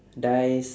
dies